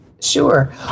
Sure